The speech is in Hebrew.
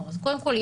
קודם כל,